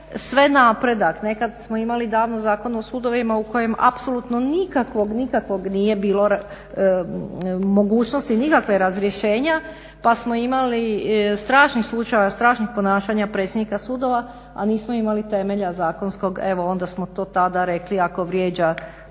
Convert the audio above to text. sve napredak. Nekad smo imali davno Zakon o sudovima u kojem apsolutno nikakvog, nikakvog nije bilo mogućnosti nikakvog razrješenja pa smo imali strašnih slučajeva strašnih ponašanja predsjednika sudova, a nismo imali temelja zakonskog. Evo onda smo to tada rekli ako vrijeđa